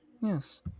Yes